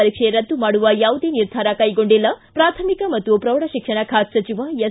ಪರೀಕ್ಷೆ ರದ್ದು ಮಾಡುವ ಯಾವುದೇ ನಿರ್ಧಾರ ಕೈಗೊಂಡಿಲ್ಲ ಪ್ರಾಥಮಿಕ ಮತ್ತು ಪ್ರೌಢ ಶಿಕ್ಷಣ ಖಾತೆ ಸಚಿವ ಎಸ್